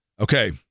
Okay